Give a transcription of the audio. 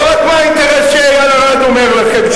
לא רק מה האינטרס שאייל ארד אומר לכם,